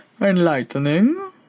enlightening